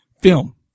film